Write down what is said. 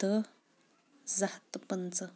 اَکھ ہَتھ دہ زٕ ہَتھ تہٕ پٕنژٕہ